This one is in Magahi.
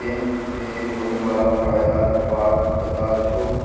बैंक स होने वाला फयदार बार पता छोक